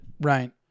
Right